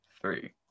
Three